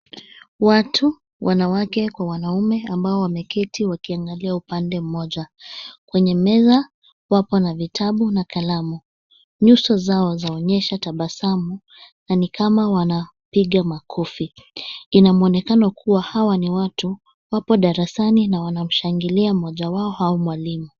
Watu wanawake kwa wanaume ambao wameketi wakiangalia upande mmoja, kwenye meza wakona vitabu na kalamu, nyuso zao zaonyesha tabasamu na nikama wanapiga makofi inamwonekano kua hawa ni watu wapo daarasani na wanamshangilia mmoja wao au mwalimu.